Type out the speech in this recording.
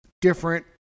different